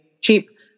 cheap